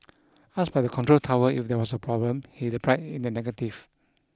asked by the control tower if there was a problem he replied in the negative